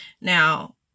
Now